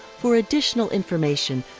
for additional information,